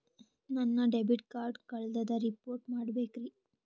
ನನ್ನ debit card ಕಳ್ದದ report ಮಾಡಬೇಕ್ರಿ